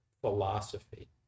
philosophy